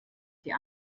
die